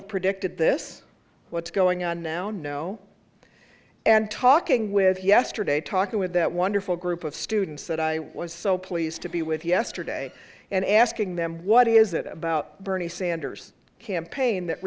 have predicted this what's going on now no and talking with yesterday talking with that wonderful group of students that i was so pleased to be with yesterday and asking them what is it about bernie sanders campaign that